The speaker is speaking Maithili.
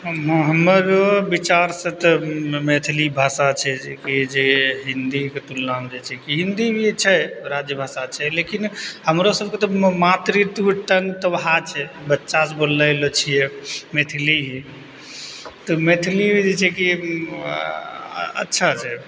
हमर विचारसँ तऽ मैथिलि भाषा छै जेकी जे हिन्दीके तुलनामे जे छै हिन्दी भी छै राज्य भाषा छै लेकिन हमरोसबके तऽ मातृत्व टंग तऽ वहए छै बच्चासँ बोललैला छियै मैथलिये तऽ मैथिलि जे छै की अच्छा छै